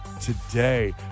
today